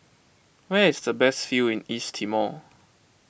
where is the best view in East Timor